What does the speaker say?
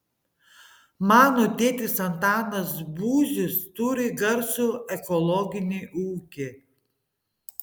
mano tėtis antanas būzius turi garsų ekologinį ūkį